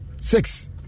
six